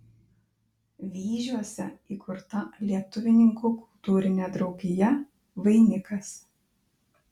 vyžiuose įkurta lietuvininkų kultūrinė draugija vainikas